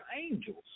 angels